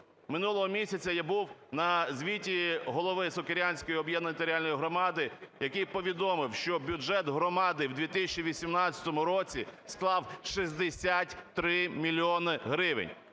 Минулого місяця я був на звіті голови Сокирянської об'єднаної територіальної громади, який повідомив, що бюджет громади в 2018 році склав 63 мільйони гривень.